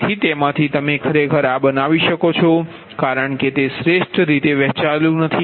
તેથી તેમાંથી તમે ખરેખર આ બનાવી શકો છો કારણ કે તે શ્રેષ્ઠ રીતે વહેંચાયેલું નથી